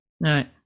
Right